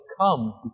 comes